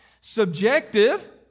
subjective